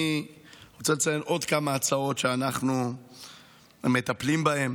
אני רוצה לציין עוד כמה הצעות שאנחנו מטפלים בהן,